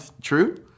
true